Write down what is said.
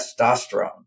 testosterone